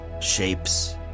shapes